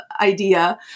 idea